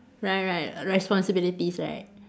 right right responsibilities right